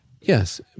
Yes